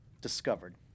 discovered